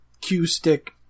Q-Stick